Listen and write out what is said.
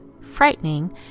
frightening